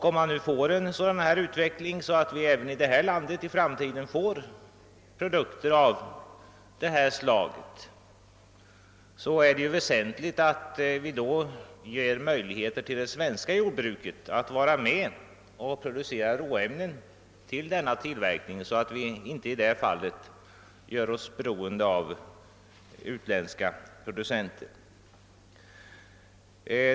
Om utvecklingen blir sådan att vi också här i landet i framtiden får vegetabiliska köttprodukter, är det väsentligt att vi ger även det svenska jordbruket möjligheter att producera råämnen till denna tillverkning, så att vi inte gör oss beroende av utländska produkter.